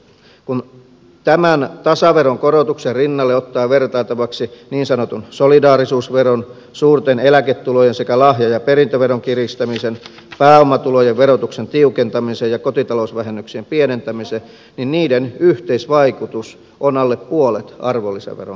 kun tämän tasaveron korotuksen rinnalle ottaa vertailtavaksi niin sanotun solidaarisuusveron suurten eläketulojen sekä lahja ja perintäveron kiristämisen pääomatulojen verotuksen tiukentamisen ja kotitalousvähennyksien pienentämisen niin niiden yhteisvaikutus on alle puolet arvonlisäveron korottamisesta